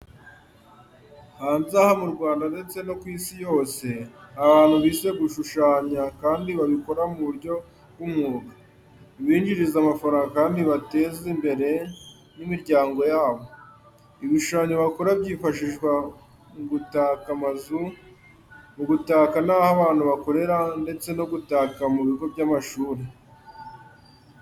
Hanze aha mu Rwanda ndetse no kw'isi yose hari abantu bize gushushanya kandi babikora muburyo bw'umwuga, bibinjiriza amafranga kandi bikabateza imbere n'imiryango yabo, ibishushanyo bakora byifashijwa mugutaka amazu, mugutaka naho abantu bakorera, ndetse no gutaka mubigo by'amashuri.